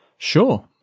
Sure